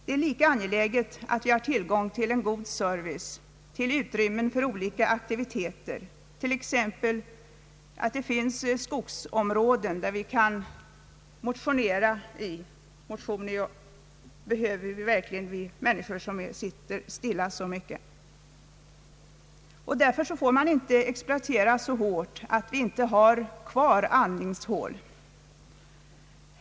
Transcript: Det är lika angeläget att vi har tillgång till god service, till utrymmen för olika aktiviteter, att det t.ex. finns skogsområden där vi kan motionera. Motion behöver verkligen vi människor som sitter stilla så mycket. Därför får man inte exploatera så hårt att vi inte har kvar andningshål.